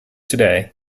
today